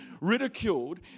ridiculed